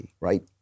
right